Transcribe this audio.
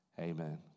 amen